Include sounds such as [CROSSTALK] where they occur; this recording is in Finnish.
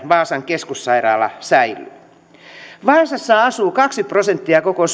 vaasan keskussairaala säilyy vaasassa asuu kaksi prosenttia koko [UNINTELLIGIBLE]